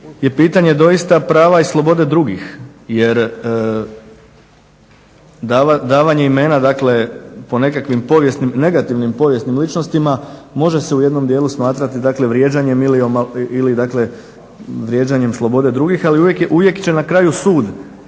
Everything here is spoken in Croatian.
pitanje doista prava i slobode drugih jer davanje imena dakle po nekakvim negativnim povijesnim ličnostima može se u jednom dijelu smatrati dakle vrijeđanjem ili vrijeđanjem slobode drugih. Ali uvijek će na kraju sud,